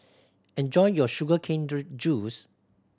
enjoy your sugar cane juice